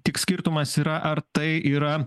tik skirtumas yra ar tai yra